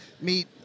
meet